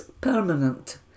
permanent